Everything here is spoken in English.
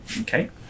Okay